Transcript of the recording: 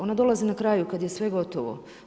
Ona dolazi na kraju kad je sve gotovo.